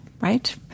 right